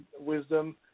Wisdom